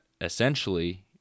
essentially